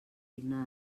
digne